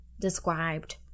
described